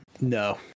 no